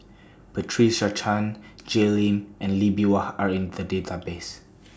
Patricia Chan Jay Lim and Lee Bee Wah Are in The Database